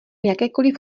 jakékoliv